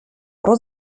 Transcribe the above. про